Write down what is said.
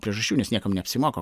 priežasčių nes niekam neapsimoka